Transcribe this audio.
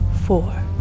four